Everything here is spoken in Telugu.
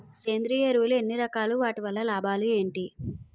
సేంద్రీయ ఎరువులు ఎన్ని రకాలు? వాటి వల్ల లాభాలు ఏంటి?